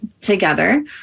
together